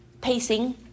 pacing